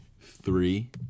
three